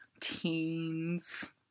Teens